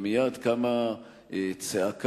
ומייד קמה צעקה,